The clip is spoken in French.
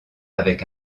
avec